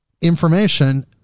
information